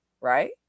right